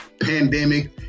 pandemic